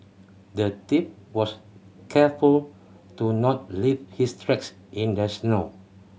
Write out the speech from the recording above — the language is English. the thief was careful to not leave his tracks in the snow